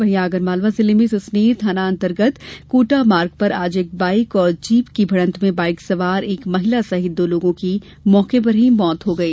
वही आगरमालवा जिले में सुसनेर थानान्तर्गत कोटा मार्ग पर आज एक बाईक और जीप की भिडंत में बाईक सवार एक महिला सहित दो लोगों की मौके पर ही मौत हो गई